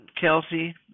Kelsey